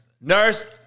nurse